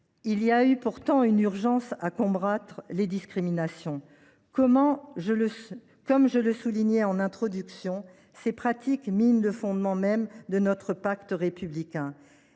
Il y a pourtant urgence à combattre les discriminations. Comme je le soulignais en introduction, ces pratiques minent les fondements mêmes de notre pacte républicain.